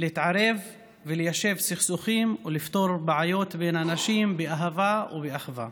להתערב וליישב סכסוכים ולפתור בעיות בין אנשים באהבה ובאחווה.